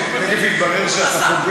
אני מבקש טבעת אליפות.